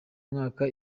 mwaka